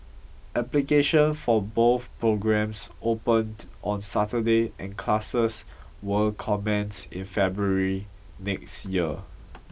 application for both programmes opened on Saturday and classes will commence in February next year